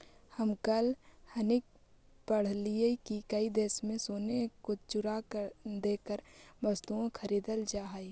हम कल हिन्कि पढ़लियई की कई देशों में सोने का चूरा देकर वस्तुएं खरीदल जा हई